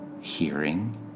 hearing